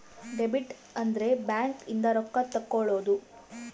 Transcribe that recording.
debit ಅಂದ್ರ bank ಇಂದ ರೊಕ್ಕ ತೆಕ್ಕೊಳೊದು